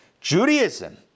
Judaism